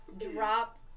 Drop